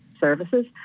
services